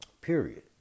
Period